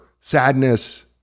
sadness